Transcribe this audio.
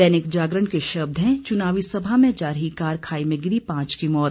दैनिक जागरण के शब्द हैं चुनावी सभा में जा रही कार खाई में गिरी पांच की मौत